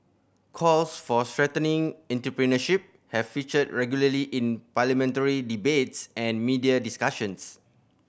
calls for strengthening entrepreneurship have featured regularly in parliamentary debates and media discussions